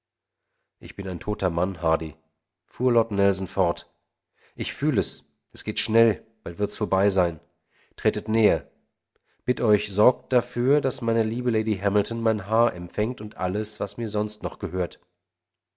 ich bin ein toter mann hardy fuhr lord nelson fort ich fühl es es geht schnell bald wird's vorbei sein tretet näher bitt euch sorgt dafür daß meine liebe lady hamilton mein haar empfängt und alles was mir sonst noch gehört